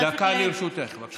דקה לרשותך, בבקשה.